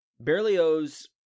Berlioz